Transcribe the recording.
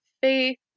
faith